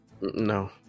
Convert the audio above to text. No